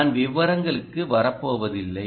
நான் விவரங்களுக்கு வரப்போவதில்லை